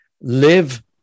Live